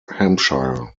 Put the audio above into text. hampshire